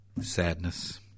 Sadness